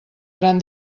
gran